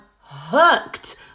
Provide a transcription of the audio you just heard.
hooked